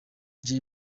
jay